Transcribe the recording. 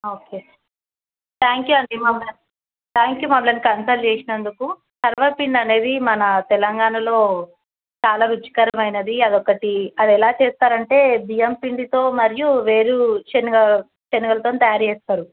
okay thank you అండి మమ్మల్ని thank you మమ్మల్ని కన్సల్ట్ చేసినందుకు సర్వపిండి అనేది మన తెలంగాణలో చాలా రుచికరమైనది అది ఒకటి అది ఎలా చేస్తారు అంటే బియ్యం పిండితో మరియు వేరు శనగ శనగలతోని తయారు చేస్తారు